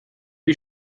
wie